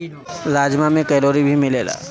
राजमा में कैलोरी भी मिलेला